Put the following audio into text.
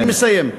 אני מסיים.